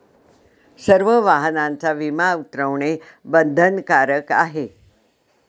सर्व वाहनांचा विमा उतरवणे बंधनकारक आहे